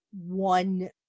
one